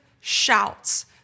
shouts